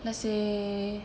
那些